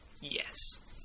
yes